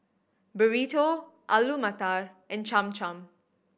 Burrito Alu Matar and Cham Cham